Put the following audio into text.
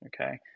Okay